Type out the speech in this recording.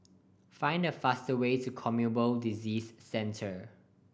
find the fast way to Communicable Disease Centre